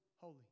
holy